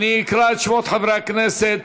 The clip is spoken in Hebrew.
אקרא את שמות חברי הכנסת.